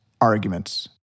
arguments